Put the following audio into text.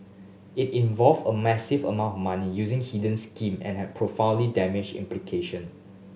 it involved a massive amount of money using hidden scheme and had profoundly damaging implication